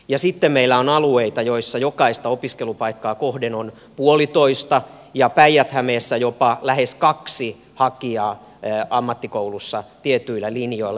ja sitten meillä on alueita joilla jokaista opiskelupaikkaa kohden on puolitoista ja päijät hämeessä jopa lähes kaksi hakijaa ammattikoulussa tietyillä linjoilla